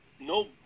No